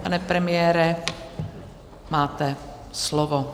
Pane premiére, máte slovo.